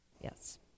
Yes